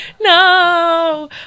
no